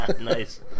nice